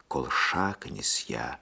kol šaknys ją